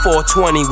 420